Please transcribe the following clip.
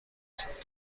سوخت